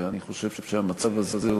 ואני חושב שהמצב הזה הוא,